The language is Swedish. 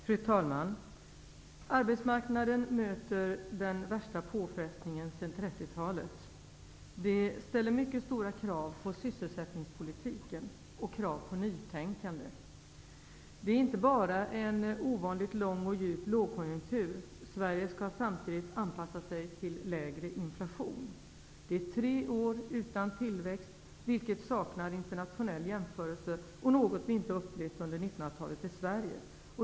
Fru talman! Arbetsmarknaden möter nu den värsta påfrestningen sedan 30-talet. Det ställer mycket stora krav på sysselsättningspolitiken och krav på nytänkande. Det här är inte bara en ovanligt lång och djup lågkonjunktur. Sverige skall samtidigt anpassa sig till lägre inflation. Det innebär tre år utan tillväxt, vilket saknar internationell jämförelse och är något vi inte har upplevt under 1900-talet i Sverige.